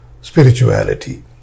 spirituality